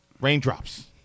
Raindrops